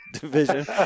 division